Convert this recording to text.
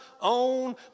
own